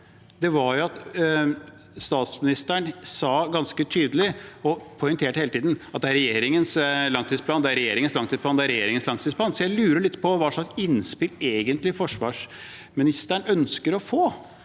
statsministeren ganske tydelig, og poengterte hele tiden, at det er regjeringens langtidsplan, det er regjeringens langtidsplan, det er regjeringens langtidsplan. Jeg lurer litt på hva slags innspill forsvarsministeren egentlig ønsker å få.